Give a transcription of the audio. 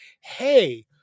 Hey